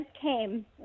came